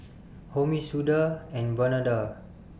Homi Suda and Vandana